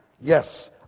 Yes